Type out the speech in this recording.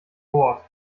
wort